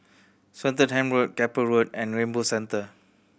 Swettenham Road Keppel Road and Rainbow Centre